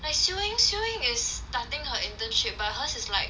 like siew eng siew eng is starting her internship but hers is like